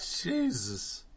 Jesus